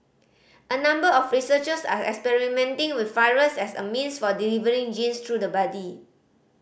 a number of researchers are experimenting with virus as a means for delivering genes through the body